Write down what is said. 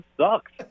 sucks